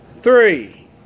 three